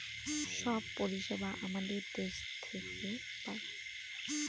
সব পরিষেবা আমাদের দেশ থেকে পায়